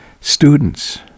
students